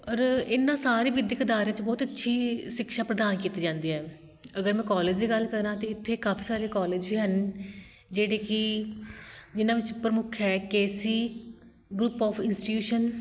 ਔਰ ਇਹਨਾਂ ਸਾਰੇ ਵਿੱਦਿਅਕ ਅਦਾਰਿਆਂ 'ਚ ਬਹੁਤ ਅੱਛੀ ਸਿਕਸ਼ਾ ਪ੍ਰਦਾਨ ਕੀਤੀ ਜਾਂਦੀ ਹੈ ਅਗਰ ਮੈਂ ਕੋਲਜ ਦੀ ਗੱਲ ਕਰਾਂ ਤਾਂ ਇੱਥੇ ਕਾਫੀ ਸਾਰੇ ਕੋਲਜ ਵੀ ਹਨ ਜਿਹੜੇ ਕਿ ਜਿਹਨਾਂ ਵਿੱਚ ਪ੍ਰਮੁੱਖ ਹੈ K C group of institution